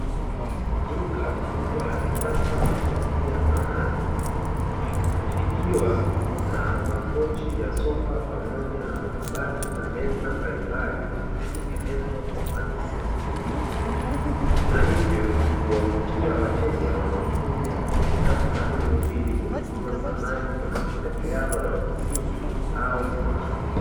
Duka kubwa la kisasa la kuuzia samani likiwa na makochi ya sofa pamoja na makabati na meza mbalimbali zilizotengenezwa kwa ufanisi mkubwa na hivyo huwavutia wateja wanaokuja katika duka hilo ili kununua samani kwa mahitaji yao ya ofisini au nyumbani.